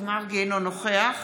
אינו נוכח